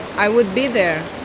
i would be there